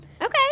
Okay